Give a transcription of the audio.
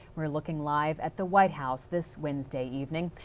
we're looking live at the white house this wednesday evening.